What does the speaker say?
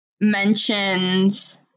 mentions